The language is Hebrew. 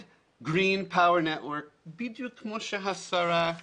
בדיוק כמו שהשרה תיארה.